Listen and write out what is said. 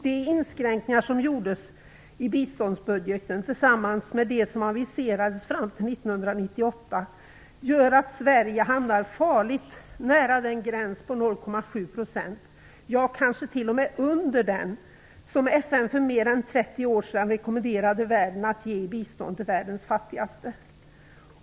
De inskränkningar som gjordes i biståndsbudgeten tillsammans med dem som aviserades fram till 1998 gör att Sverige hamnar farligt nära, kanske t.o.m. under, de 0,7 % som FN för mer än 30 år sedan rekommenderade världen att ge i bistånd till världens fattigaste.